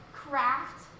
craft